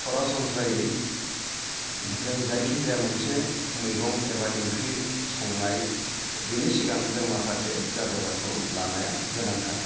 सरासनस्रायै जों जायखि जाया मोनसे मैगं एबा ओंख्रि संनाय बेनि सिगां जों माखासे जा जगारखौ लानाया गोनांथार